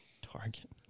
Target